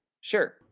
sure